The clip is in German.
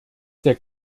der